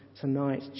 tonight